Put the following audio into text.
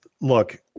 look